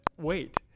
wait